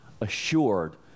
assured